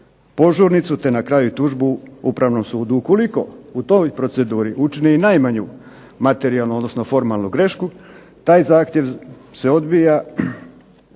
požurnicu te na kraju tužbu Upravnom sudu. Ukoliko u toj proceduri učini najmanju materijalnu ili formalnu grešku taj zahtjev se odbija